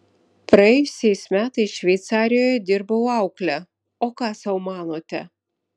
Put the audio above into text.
praėjusiais metais šveicarijoje dirbau aukle o ką sau manote